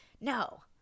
no